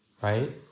right